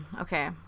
okay